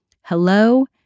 hello